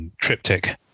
triptych